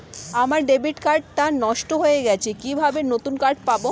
আমার debit card টা নষ্ট হয়ে গেছে কিভাবে নতুন কার্ড পাব?